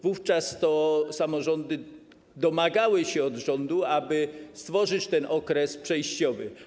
Wówczas to samorządy domagały się od rządu, aby stworzyć ten okres przejściowy.